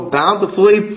bountifully